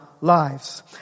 lives